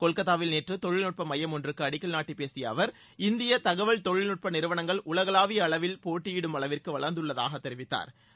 கொல்கத்தாவில் நேற்று தொழிற்நுட்ப மையம் ஒன்றுக்கு அடிக்கல் நாட்டிய அவர் இந்திய தகவல் தொழில்நுட்ப நிறுவனங்கள் உலகளாவிய அளவில் போட்டியிடும் அளவிற்கு வளா்ந்துள்ளதாக தெரிவித்தாா்